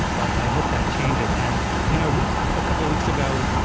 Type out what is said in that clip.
but i hope that changes. and you know a couple of weeks ago,